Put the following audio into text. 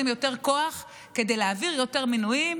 יותר כוח כדי להעביר יותר מינויים,